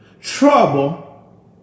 trouble